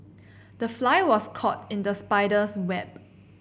the fly was caught in the spider's web